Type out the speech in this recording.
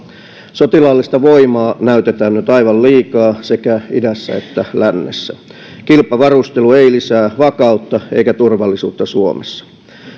sotilaallista voimaa näytetään nyt aivan liikaa sekä idässä että lännessä kilpavarustelu ei lisää vakautta eikä turvallisuutta suomessa